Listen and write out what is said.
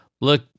look